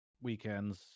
weekends